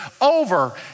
over